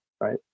right